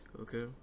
Okay